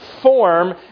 form